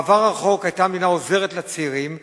בעבר הרחוק היתה המדינה עוזרת לצעירים.